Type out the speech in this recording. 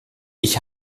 ich